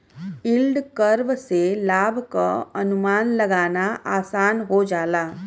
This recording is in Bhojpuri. यील्ड कर्व से लाभ क अनुमान लगाना आसान हो जाला